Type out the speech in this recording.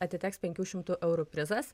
atiteks penkių šimtų eurų prizas